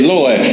Lord